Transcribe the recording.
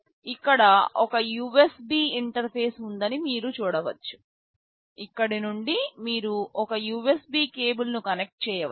ఇక్కడ ఒక USB interface ఉందని మీరు చూడవచ్చు ఇక్కడ నుండి మీరు ఒక USB కేబుల్ ను కనెక్ట్ చేయవచ్చు